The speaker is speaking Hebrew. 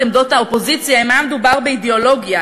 עמדות האופוזיציה אם היה מדובר באידיאולוגיה,